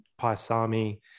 Paisami